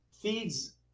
feeds